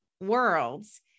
worlds